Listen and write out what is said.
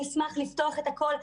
נשמח לפתוח את הכל.